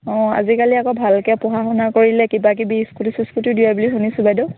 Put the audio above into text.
অঁ আজিকালি আকৌ ভালকৈ পঢ়া শুনা কৰিলে কিবা কিবি স্কুটি চিস্কুটি দিয়ে বুলি শুনিছো বাইদউ